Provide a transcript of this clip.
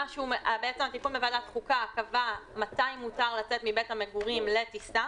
התיקון בוועדת חוקה קבע מתי מותר לצאת מבית המגורים לטיסה,